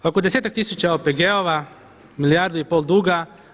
Oko desetak tisuća OPG-ova milijardu i pol duga.